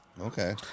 okay